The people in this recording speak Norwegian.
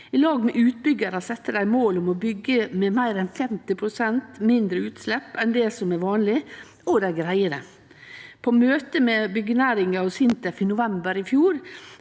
I lag med utbyggjarar set dei mål om å byggje med meir enn 50 pst. mindre utslepp enn det som er vanleg, og dei greier det. På møte med byggjenæringa og SINTEF i november i fjor